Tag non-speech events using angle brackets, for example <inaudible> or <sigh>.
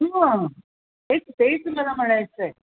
<unintelligible> तेच तेच मला म्हणायचं आहे